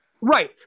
Right